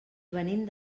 venim